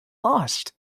lost